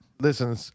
Listen